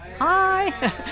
Hi